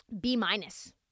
B-minus